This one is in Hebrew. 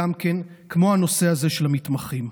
כמו הנושא הזה של המתמחים,